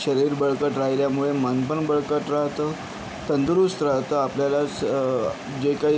शरीर बळकट राहिल्यामुळे मन पण बळकट राहतं तंदुरुस्त राहतं आपल्याला स जे काही